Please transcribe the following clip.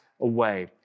away